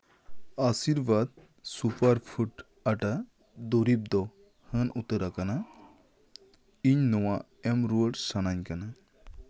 Aashirvaad super ᱯᱷᱩᱴ ᱟᱴᱟ ᱫᱩᱨᱤᱵᱽ ᱫᱚ ᱦᱟᱹᱱ ᱩᱛᱟᱹᱨᱟᱠᱟᱱᱟ ᱤᱧ ᱱᱚᱣᱟ ᱮᱢ ᱨᱩᱣᱟᱹᱲ ᱥᱟᱱᱟᱧ ᱠᱟᱱᱟ